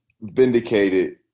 vindicated